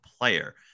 player